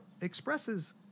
expresses